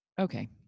okay